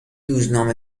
روزنامه